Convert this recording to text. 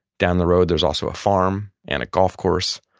down the road, there's also a farm, and a golf course,